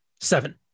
Seven